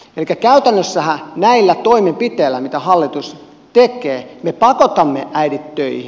elikkä käytännössähän näillä toimenpiteillä mitä hallitus tekee me pakotamme äidit töihin